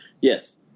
Yes